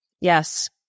Yes